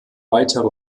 weitere